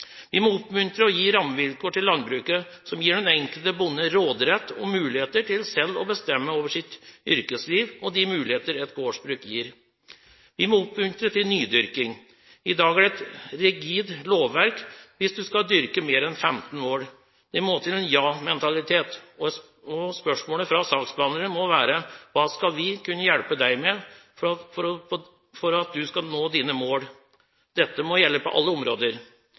Vi må oppmuntre og gi rammevilkår til landbruket som gir den enkelte bonde råderett og muligheter til selv å bestemme over sitt yrkesliv og de muligheter et gårdsbruk gir. Vi må oppmuntre til nydyrking. I dag er det et rigid lovverk hvis du skal dyrke mer enn 15 mål. Det må en ja-mentalitet til, og spørsmålet fra saksbehandlere må være: Hva skal vi hjelpe deg med for at du skal nå dine mål? Dette må gjelde på alle områder.